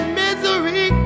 misery